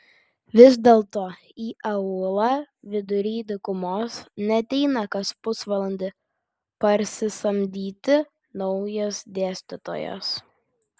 vis dėlto į aūlą vidury dykumos neateina kas pusvalandį parsisamdyti naujas dėstytojas